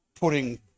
putting